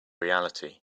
reality